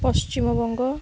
Paschimbanga